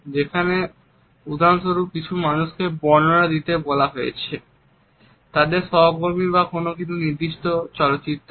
যেখানে উদাহরণস্বরূপ কিছু মানুষকে বর্ণনা দিতে বলা হয়েছে তাদের সহকর্মীদের বা কোনও নির্দিষ্ট চলচ্চিত্রের